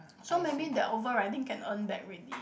so maybe their over riding can earn back already